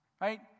Right